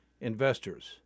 investors